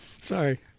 Sorry